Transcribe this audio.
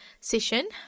session